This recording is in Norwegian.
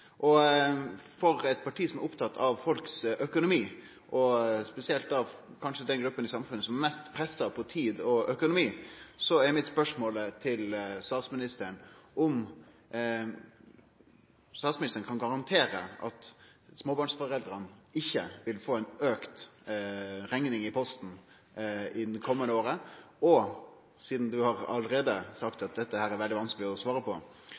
For eit parti som er opptatt av folks økonomi, og spesielt da kanskje den gruppa i samfunnet som er mest pressa på tid og økonomi, er spørsmålet til statsministeren om statsministeren kan garantere at småbarnsforeldra ikkje vil få ei auka rekning i posten i det kommande året, og – sidan ein allereie har sagt at dette er det veldig vanskeleg å svare på